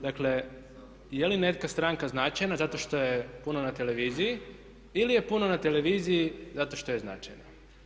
Dakle je li neka stranka značajna zato šta je puno na televiziji ili je puno na televiziji zato što je značajna?